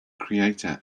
creator